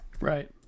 Right